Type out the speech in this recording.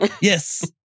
Yes